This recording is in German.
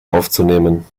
aufzunehmen